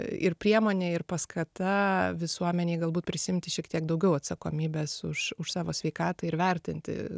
ir priemonė ir paskata visuomenei galbūt prisiimti šiek tiek daugiau atsakomybės už už savo sveikatą ir vertinti